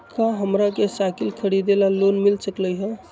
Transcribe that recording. का हमरा के साईकिल खरीदे ला लोन मिल सकलई ह?